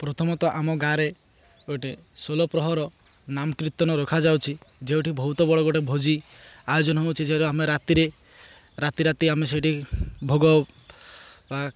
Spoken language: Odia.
ପ୍ରଥମତଃ ଆମ ଗାଁରେ ଗୋଟେ ଷୋଳପ୍ରହର ନାମ କୀର୍ତ୍ତନ ରଖାଯାଉଛି ଯେଉଁଠି ବହୁତ ବଡ଼ ଗୋଟେ ଭୋଜି ଆୟୋଜନ ହେଉଛି ଯେହେତୁ ଆମେ ରାତିରେ ରାତି ରାତି ଆମେ ସେଇଠି ଭୋଗ ବା